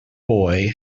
boy